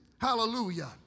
Hallelujah